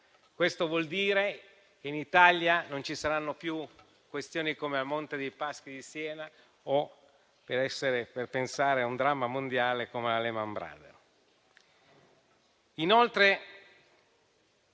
Questo vuol dire che in Italia non ci saranno più questioni come quella del Monte dei Paschi di Siena o, per pensare a un dramma mondiale, della Lehman Brothers.